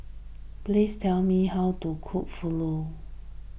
please tell me how to cook Fugu